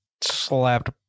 slapped